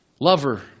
lover